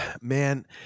man